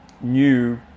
new